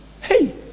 Hey